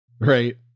right